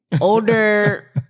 Older